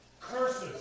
Curses